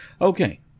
Okay